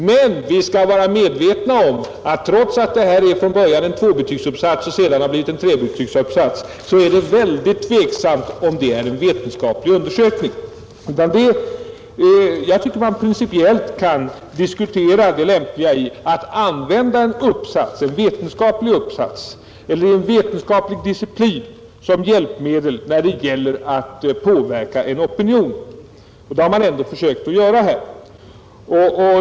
Man bör vara medveten om att detta egentligen är en tvåbetygsuppsats som sedan har byggts ut till en trebetygsuppsats. Det är dock tveksamt, om det är en vetenskaplig undersökning i ordets egentliga betydelse. Jag tycker att man principiellt kan diskutera det lämpliga i att använda en sådan uppsats som hjälpmedel att påverka opinionen, vilket man faktiskt har försökt göra här.